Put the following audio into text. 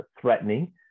threatening